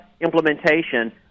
implementation